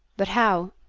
but how?